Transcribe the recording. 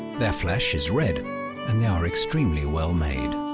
their flesh is red and they are extremely well made.